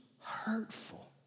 hurtful